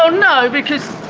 um no, because,